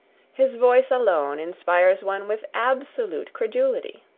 his voice alone inspires one with absolute credulity.